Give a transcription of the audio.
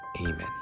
Amen